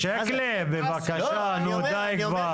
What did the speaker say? ח"כ שיקלי, בבקשה, נו די כבר.